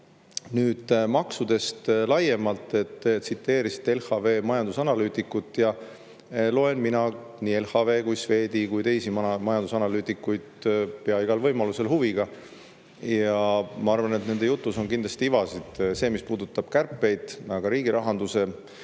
Nüüd maksudest laiemalt. Te tsiteerisite LHV majandusanalüütikut, ja loen mina nii LHV, Swedbanki kui ka teisi majandusanalüütikuid pea igal võimalusel huviga ja ma arvan, et nende jutus on kindlasti ivasid. See, mis puudutab kärpeid, aga ka riigi rahanduse